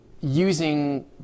using